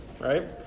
right